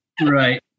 Right